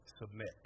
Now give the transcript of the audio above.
submit